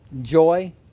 joy